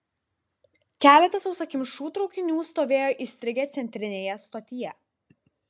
keletas sausakimšų traukinių stovėjo įstrigę centrinėje stotyje